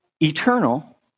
eternal